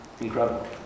incredible